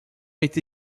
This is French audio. été